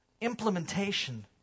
implementation